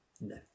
No